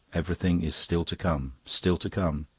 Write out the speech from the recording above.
everything is still to come, still to come,